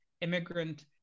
immigrant